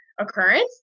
occurrence